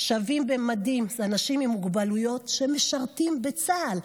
"שווים במדים", אנשים עם מוגבלויות שמשרתים בצה"ל.